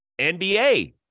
NBA